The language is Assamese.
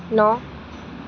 ন